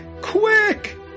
quick